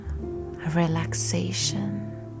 relaxation